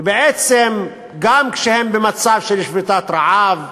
ובעצם, גם כשהם במצב של שביתת רעב,